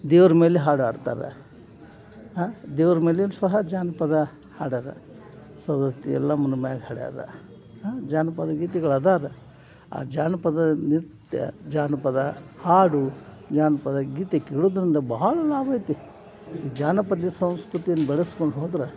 ದೇವ್ರ ಮೇಲೆ ಹಾಡು ಹಾಡ್ತರ ಹಾಂ ದೇವ್ರ ಮೇಲೆನೂ ಸಹ ಜಾನಪದ ಹಾಡರ ಸವದತ್ತಿ ಎಲ್ಲಮ್ಮನ ಮ್ಯಾಲ ಹಾಡ್ಯಾರ ಹಾಂ ಜಾನ್ಪದ ಗೀತೆಗಳು ಅದಾರ ಆ ಜಾನಪದ ನಿತ್ಯ ಜಾನಪದ ಹಾಡು ಜಾನಪದ ಗೀತೆ ಕೇಳೋದ್ರಿಂದ ಬಹಳ ಲಾಭ ಐತಿ ಜಾನಪದ ಸಂಸ್ಕೃತಿಯನ್ನು ಬೆಳೆಸ್ಕೊಂಡು ಹೋದ್ರೆ